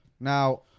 Now